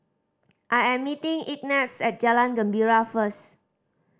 I am meeting Ignatz at Jalan Gembira first